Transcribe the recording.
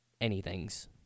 Anything's